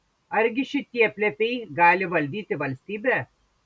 argi šitie plepiai gali valdyti valstybę